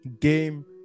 game